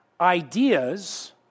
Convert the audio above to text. Ideas